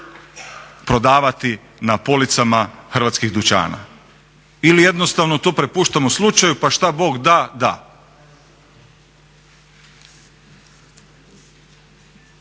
prodavati na policama hrvatskih dućana? Ili jednostavno to prepuštamo slučaju pa što Bog da, da.